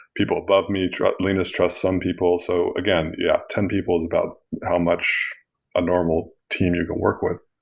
people above me linus trusts some people. so again, yeah, ten people is about how much a normal team you can work with.